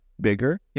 bigger